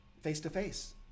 face-to-face